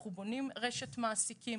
אנחנו בונים רשת מעסיקים.